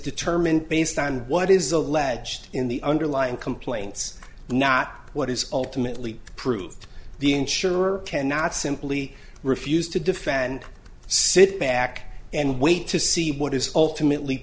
determined based on what is alleged in the underlying complaints not what is ultimately proved the insurer cannot simply refuse to defend sit back and wait to see what is ultimately